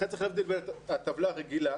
לכן צריך להבדיל בין הטבלה הרגילה,